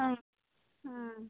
অঁ